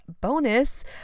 bonus